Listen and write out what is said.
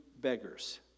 beggars